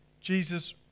Jesus